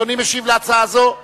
אדוני משיב על ההצעה הזאת?